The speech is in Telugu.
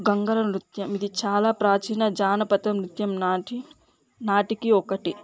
గంగల నృత్యం ఇది చాలా ప్రాచీన జానపదం నృత్యం నాటి నాటిక ఒకటి